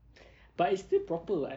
but it's still proper [what]